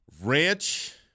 Ranch